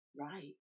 right